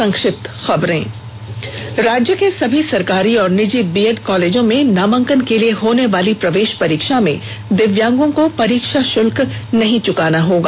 संक्षिप्त खबरें राज्य के सभी सरकारी और निजी बीएड कॉलेजों में नामांकन के लिए होने वाली प्रवेष परीक्षा में दिव्यांगों को परीक्षा शुल्क नहीं चुकाना होगा